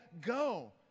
go